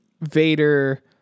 Vader